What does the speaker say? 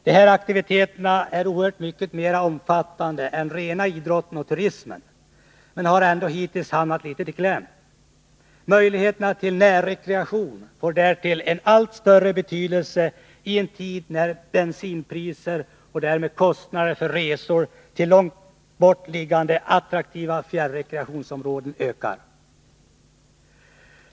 De här aktiviteterna är oerhört mycket mer omfattande än den rena idrotten och turismen, men de har ändå hittills hamnat litet i kläm. Möjligheterna till närrekreation får därtill en allt större betydelse, i en tid när bensinpriser och därmed kostnaderna för resor till långt bort liggande attraktiva fjärrekreationsområden ökar.